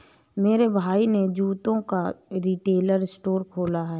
मेरे भाई ने जूतों का रिटेल स्टोर खोला है